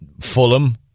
Fulham